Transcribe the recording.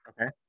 okay